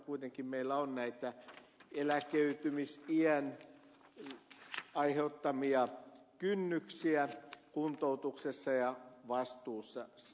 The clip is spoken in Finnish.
kuitenkin meillä on näitä eläköitymisiän aiheuttamia kynnyksiä kuntoutuksessa ja kuntoutusvastuussa